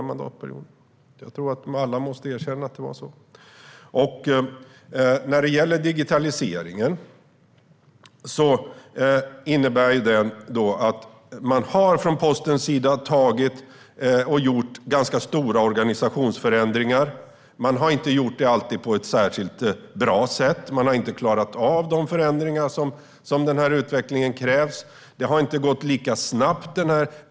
Alla måste erkänna att det var så. Digitaliseringen innebär att posten har gjort stora organisationsförändringar. Det har inte alltid skett på ett bra sätt, och man har inte klarat att göra de förändringar som krävs av utvecklingen.